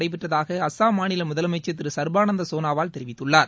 நடைபெற்றதாக அஸ்ஸாம் மாநில முதலமைச்சர் திரு சர்பானந்தா சோனாவால் தெரிவித்துள்ளார்